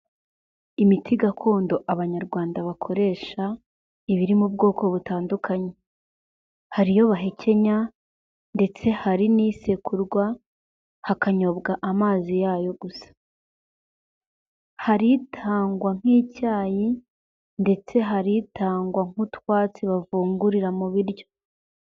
Imiti gakondo Abanyarwanda bakoresha, iba iri mu bwoko butandukanye, hari iyo bahekenya ndetse hari n'isekurwa hakanyobwa amazi yayo gusa, hari itangwa nk'icyayi ndetse hari itangwa nk'utwatsi bavungurira mu biryo.